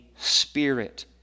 spirit